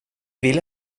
vill